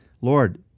Lord